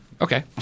Okay